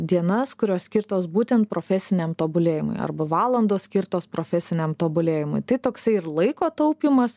dienas kurios skirtos būtent profesiniam tobulėjimui arba valandos skirtos profesiniam tobulėjimui tai toksai ir laiko taupymas